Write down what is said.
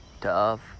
tough